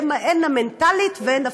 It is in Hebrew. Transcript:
הן המנטלית והן הפיזית.